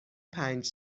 پنج